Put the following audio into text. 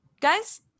Guys